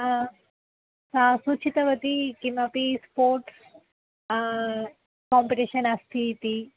आ सा सूचितवती किमपि स्पोर्ट्स् काम्पिटिशन् अस्ति इति